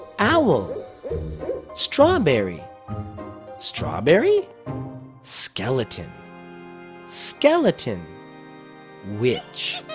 owl strawberry strawberry skeleton skeleton witch